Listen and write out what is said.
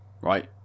Right